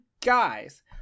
guys